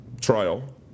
trial